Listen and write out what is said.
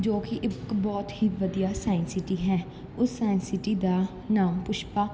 ਜੋ ਕਿ ਇੱਕ ਬਹੁਤ ਹੀ ਵਧੀਆ ਸਾਇੰਸ ਸਿਟੀ ਹੈ ਉਸ ਸਾਇੰਸ ਸਿਟੀ ਦਾ ਨਾਮ ਪੁਸ਼ਪਾ